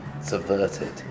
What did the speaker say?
subverted